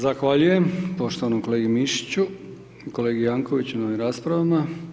Zahvaljujem poštovanom kolegi Mišiću, kolegi Jankovicsu na ovim raspravama.